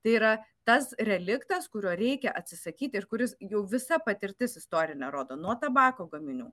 tai yra tas reliktas kurio reikia atsisakyti ir kuris jau visa patirtis istorinė rodo nuo tabako gaminių